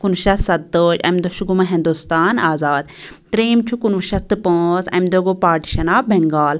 کُنوُہ شیٚتھ سَتتٲجۍ اَمہِ دۄہ چھُ گوٚمُت ہنٛدوستان آزاد ترٛیٚیِم چھُ کُنوُہ شیٚتھ تہٕ پانٛژھ اَمہِ دۄہ گوٚو پارٹِشیٚن آف بنٛگال